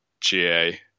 GA